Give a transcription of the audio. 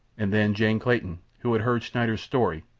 and then jane clayton, who had heard schneider's story,